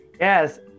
Yes